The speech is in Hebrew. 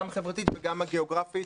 גם החברתית וגם הגיאוגרפית.